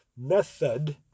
method